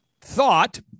thought